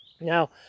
now